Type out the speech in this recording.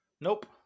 Nope